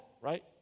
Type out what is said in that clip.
right